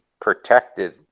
protected